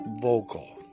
vocal